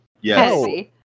Yes